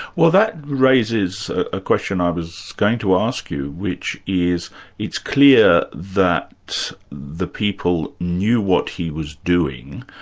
well that raises a question i was going to ask you which is it's clear that the people knew what he was doing,